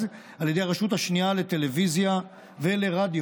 על ידי הרשות השנייה לטלוויזיה ולרדיו.